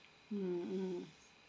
mm mm